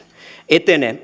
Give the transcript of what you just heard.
etene